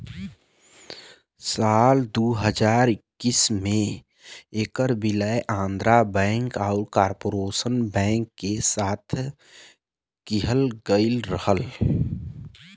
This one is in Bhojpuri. साल दू हज़ार इक्कीस में ऐकर विलय आंध्रा बैंक आउर कॉर्पोरेशन बैंक के साथ किहल गयल रहल